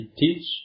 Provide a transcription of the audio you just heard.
teach